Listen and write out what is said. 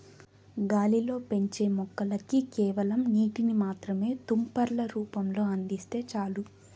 గాలిలో పెంచే మొక్కలకి కేవలం నీటిని మాత్రమే తుంపర్ల రూపంలో అందిస్తే చాలు